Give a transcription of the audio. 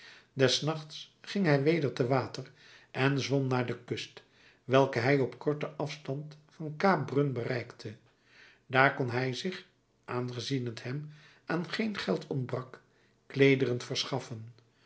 des nachts ging hij weder te water en zwom naar de kust welke hij op korten afstand van kaap brun bereikte daar kon hij zich aangezien t hem aan geen geld ontbrak kleederen verschaffen